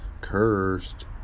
Cursed